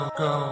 go